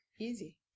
easy